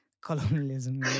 colonialism